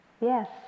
Yes